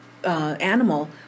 Animal